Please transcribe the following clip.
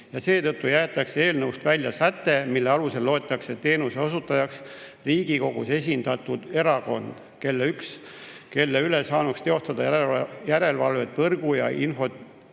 Seetõttu jäetakse eelnõust välja säte, mille alusel loetakse teenuse osutajaks Riigikogus esindatud erakond, kelle üle saanuks teostada järelevalvet võrgu‑ ja